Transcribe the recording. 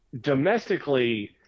domestically